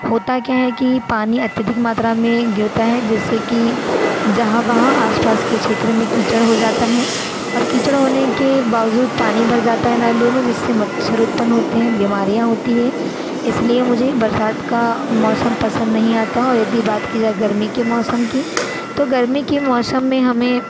होता क्या है कि पानी अत्यधिक मात्रा में गिरता है जिससे कि जहाँ वहाँ आस पास के क्षेत्र में कीचड़ हो जाता है और कीचड़ होने के बावज़ूद पानी भर जाता है नालियों में जिससे मच्छर उत्पन होते हैं बीमारियां होती है इसलिए मुझे बरसात का मौसम पसंद नहीं आता और यदि बात की जाए गर्मी के मौसम की तो गर्मी के मौसम में हमें